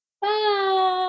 Bye